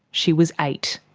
she was eight.